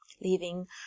leaving